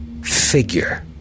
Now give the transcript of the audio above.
figure